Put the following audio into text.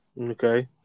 Okay